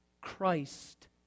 Christ